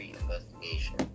investigation